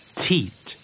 teat